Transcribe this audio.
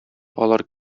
алар